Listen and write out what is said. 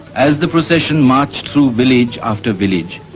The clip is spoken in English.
as the procession marched through village after village,